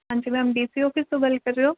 ਹਾਂਜੀ ma'am D C office ਤੋਂ ਗੱਲ ਕਰ ਰਹੇ ਹੋ